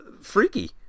freaky